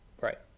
Right